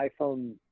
iPhone